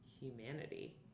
humanity